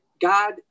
God